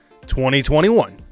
2021